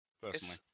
personally